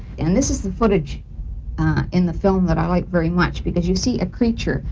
and this is the footage in the film that i like very much because you see a creature.